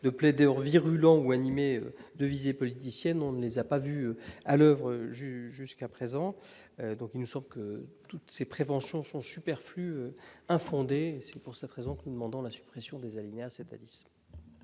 de plaideurs virulents ayant des visées politiciennes ... Nous ne les avons pas vus à l'oeuvre jusqu'à présent ! Il nous semble donc que toutes ces préventions sont superflues et infondées. C'est pour cette raison que nous demandons la suppression des alinéas 7 à 10 de